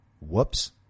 Whoops